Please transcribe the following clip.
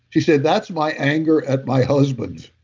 she said, that's my anger at my husband,